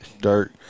dirt